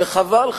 וחבל,